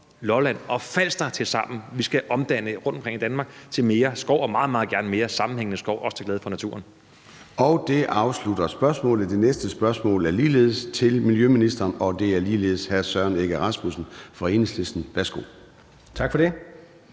Lolland og Falster tilsammen, vi skal omdanne til mere skov rundtomkring i Danmark og meget, meget gerne mere sammenhængende skov, også til glæde for naturen. Kl. 13:46 Formanden (Søren Gade): Det afslutter spørgsmålet. Det næste spørgsmål er ligeledes til miljøministeren, og det er ligeledes af hr. Søren Egge Rasmussen fra Enhedslisten. Kl. 13:47 Spm.